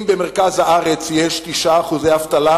אם במרכז הארץ יש 9% אבטלה,